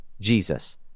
Jesus